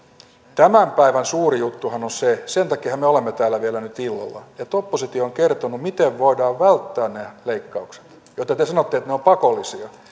tämän päivän suuri juttuhan on se sen takiahan me olemme täällä vielä nyt illalla että oppositio on kertonut miten voidaan välttää ne leikkaukset joista te sanotte että ne ovat pakollisia